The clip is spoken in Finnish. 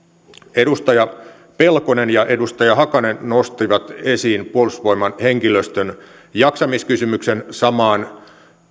edustaja pelkonen ja edustaja hakanen nostivat esiin puolustusvoimain henkilöstön jaksamiskysymyksen samaan